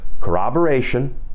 corroboration